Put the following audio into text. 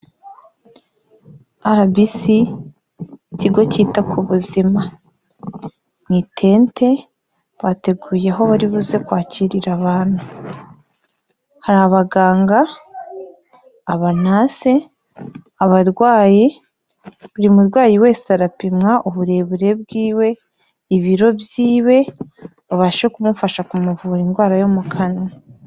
Arabisi ikigo cyita ku buzima mu itente bateguye aho baribuzeze kwakirarira abantu hari abaganga, aba nasi abarwayi, buri murwayi wese arapimwa uburebure bwiwe ibiro byiwe babashe kumufasha kumuvura indwara yo mu kanwa.